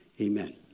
amen